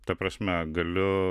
ta prasme galiu